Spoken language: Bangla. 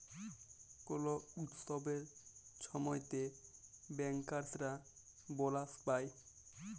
কল উৎসবের ছময়তে ব্যাংকার্সরা বলাস পায়